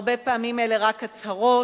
הרבה פעמים אלה רק הצהרות,